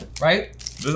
right